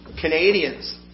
Canadians